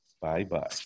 bye-bye